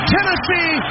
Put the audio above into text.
Tennessee